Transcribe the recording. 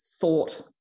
thought